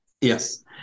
Yes